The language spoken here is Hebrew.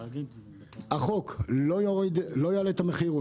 החוק לא יעלה את המחיר,